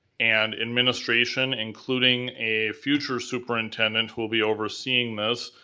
and administration, including a future superintendent, will be overseeing this,